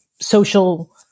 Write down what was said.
social